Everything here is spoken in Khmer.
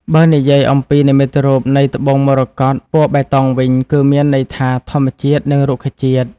បើនិយាយអំពីនិមិត្តរូបនៃត្បូងមរកត ពណ៌បៃតងវិញ គឺមានន័យថាធម្មជាតិ និងរុក្ខជាតិ។